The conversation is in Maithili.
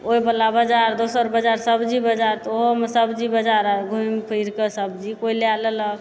ओहि वला बजार दोसर सब्जी बजार तऽ ओहोमे सब्जी बजार घुमि फिर कऽ सब्जी कोइ लए लेलक